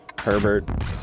Herbert